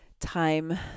time